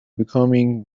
becoming